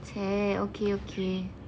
!chey! okay okay